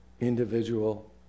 individual